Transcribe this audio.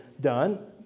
done